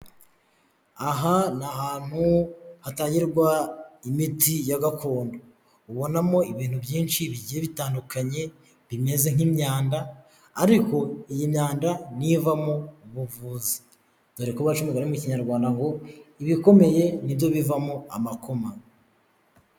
Aha ni ahantu hatangirwa imiti ya gakondo. Ubonamo ibintu byinshi bigiye bitandukanye, bimeze nk'imyanda ariko iyi myanda ni yo ivamo ubuvuzi. Dore ko baca umugani mu Kinyarwanda ngo ibikomeye ni byo bivamo amakoma.